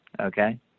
okay